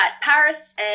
Paris